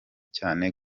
cyane